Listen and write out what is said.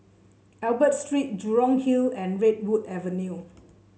Albert Street Jurong Hill and Redwood Avenue